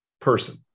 person